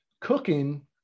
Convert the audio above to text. cooking